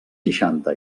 seixanta